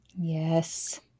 Yes